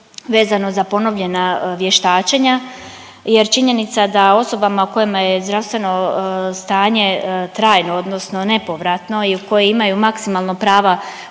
vezano za ponovljena vještačenja jer činjenica da osobama kojima je zdravstveno stanje trajne odnosno nepovratno i koji imaju maksimalno prava u